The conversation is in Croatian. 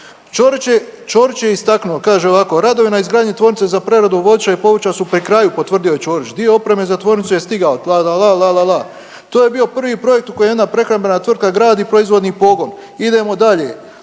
Ćorić je istaknuo, kaže ovako, radovi na izgradnji tvornice za preradu voća i povrća su pri kraju, potvrdio je Ćorić. Dio opreme za tvornicu je stigao, la la la, la la la, to je bio prvi projekt u kojem jedna prehrambena tvrtka gradi proizvodni pogon, idemo dalje,